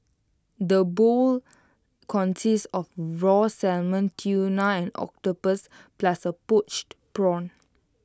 the bowl consists of raw salmon tuna and octopus plus A poached prawn